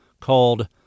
called